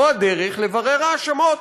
זו הדרך לברר האשמות,